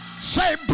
Say